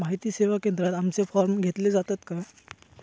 माहिती सेवा केंद्रात आमचे फॉर्म घेतले जातात काय?